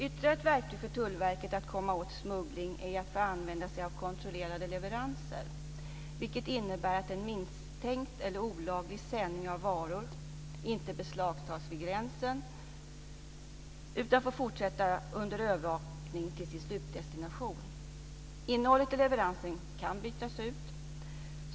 Ytterligare ett verktyg för Tullverket att komma åt smuggling är att använda sig av kontrollerade leveranser, vilket innebär att en misstänkt eller olaglig sändning av varor inte beslagtas vid gränsen utan får fortsätta under övervakning till sin slutdestination. Innehållet i leveransen kan bytas ut.